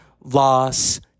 loss